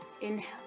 inhale